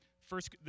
First